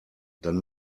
dann